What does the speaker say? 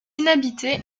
inhabitée